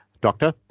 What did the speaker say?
Doctor